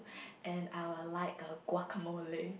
and I would like a Guacamole